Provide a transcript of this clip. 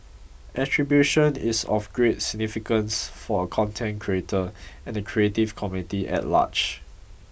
attribution is of great significance for a content creator and the creative community at large